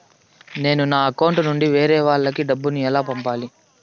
నేను నా అకౌంట్ నుండి వేరే వాళ్ళకి డబ్బును ఎలా పంపాలి?